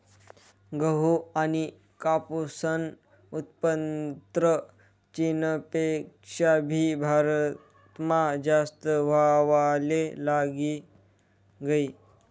गहू आनी कापूसनं उत्पन्न चीनपेक्षा भी भारतमा जास्त व्हवाले लागी गयी